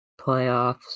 playoffs